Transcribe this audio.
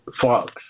fox